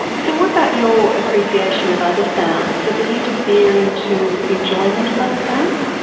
so what about your appreciation of other sounds? does it interfere into enjoyment of other sounds?